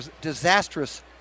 disastrous